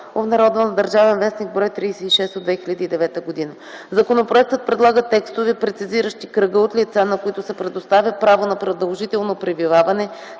в Република България (ДВ, бр. 36 от 2009 г.). Законопроектът предлага текстове, прецизиращи кръга от лица, на които се предоставя право на продължително пребиваване